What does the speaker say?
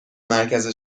مرکز